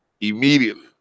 Immediately